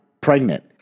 pregnant